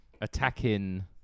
attacking